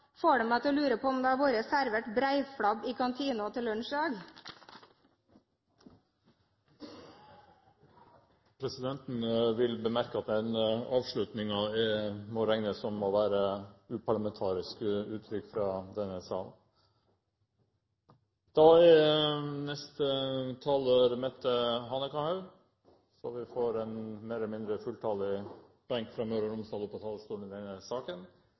får det meg til å lure på om det har vært servert breiflabb til lunsj i kantinen i dag. Presidenten vil bemerke at den avslutningen må regnes for å være et uparlamentarisk uttrykk. Neste taler er Mette Hanekamhaug, så vi får en mer eller mindre fulltallig benk fra Møre og Romsdal opp på talerstolen i denne saken.